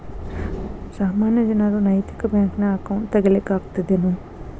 ಸಾಮಾನ್ಯ ಜನರು ನೈತಿಕ ಬ್ಯಾಂಕ್ನ್ಯಾಗ್ ಅಕೌಂಟ್ ತಗೇ ಲಿಕ್ಕಗ್ತದೇನು?